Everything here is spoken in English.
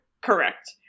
Correct